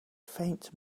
faint